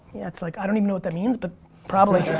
it's like, i don't even know what that means, but probably.